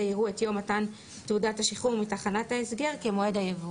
יראו את יום מתן תעודת השחרור מתחנת ההסגר כמועד היבוא.